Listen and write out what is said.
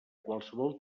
qualsevol